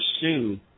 pursue